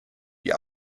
die